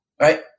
Right